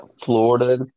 Florida